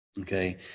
Okay